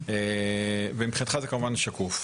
ועוד, ומבחינתך זה כמובן שקוף.